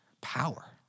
power